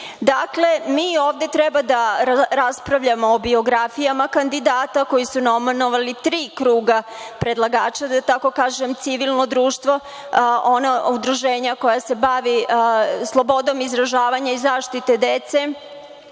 sviđa. Dakle, mi ovde treba da raspravljamo o biografijama kandidata koji su nominovali tri kruga predlagača, da tako kažem, civilno društvo, udruženje koje se bavi slobodom izražavanja i zaštite dece,